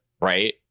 right